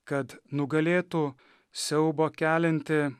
kad nugalėtų siaubą kelianti